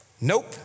nope